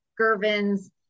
Gervin's